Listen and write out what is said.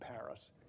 Paris